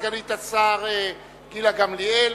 סגנית השר גילה גמליאל.